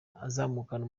azamukana